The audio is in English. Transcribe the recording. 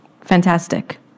Fantastic